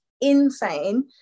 insane